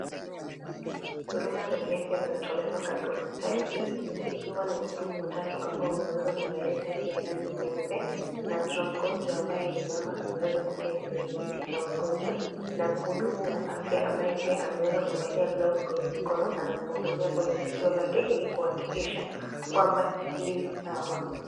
Huduma za kiafya zinatolewa katika hospitali hii ikiwa ni wahudumu watatu wameweza kuvalia shati ya rangi nyeupe na tuna mgonjwa ambaye ni mama na ameweza kuketi kwenye kiti cha wangonjwa na mhudumu wa afya ambaye pia ameweza kuvalia glafu kwenye mkono anamhudumia kwenye sikio lake hili kuhakikisha kwamba li sawa.